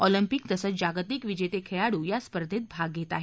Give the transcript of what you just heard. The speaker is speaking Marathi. ऑलिम्पिक तसंच जागतिक विजेते खेळाडू या स्पर्धेत भाग घेत आहेत